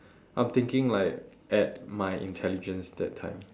I'm thinking like at my intelligence that time